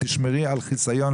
תשמרי על חיסיון,